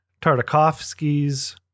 Tartakovsky's